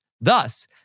Thus